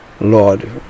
Lord